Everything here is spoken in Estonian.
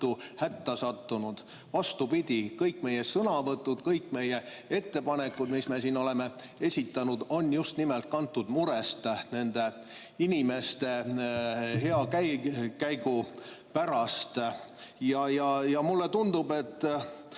hätta sattunud. Vastupidi, kõik meie sõnavõtud, kõik meie ettepanekud, mis me oleme esitanud, on just nimelt kantud murest nende inimeste hea käekäigu pärast. Mulle tundub, et